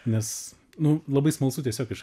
nes nu labai smalsu tiesiog iš